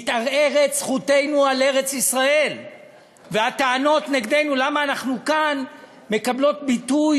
מתערערת זכותנו על ארץ-ישראל והטענות נגדנו למה אנחנו כאן מקבלות ביטוי